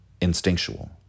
instinctual